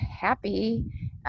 happy